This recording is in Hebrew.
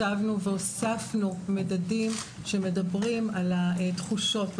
ישבנו והוספנו מדדים שמדברים על התחושות,